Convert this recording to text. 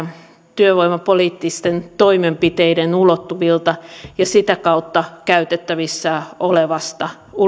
työvoimapoliittisten toimenpiteiden ulottuvilta ja sitä kautta käytettävissä olevasta